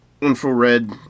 Infrared